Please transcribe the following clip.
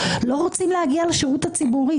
לא רוצים להגיע לשירות הציבורי.